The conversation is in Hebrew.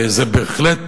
זה בהחלט